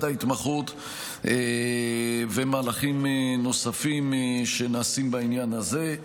ההתמחות ומהלכים נוספים שנעשים בעניין הזה.